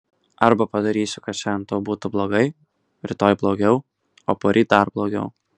arba padarysiu kad šiandien tau būtų blogai rytoj blogiau o poryt dar blogiau